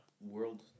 World